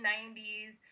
90s